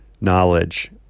knowledge